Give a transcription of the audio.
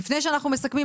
לפני שאנחנו מסכמים,